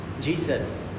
Jesus